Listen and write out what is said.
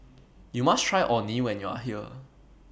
YOU must Try Orh Nee when YOU Are here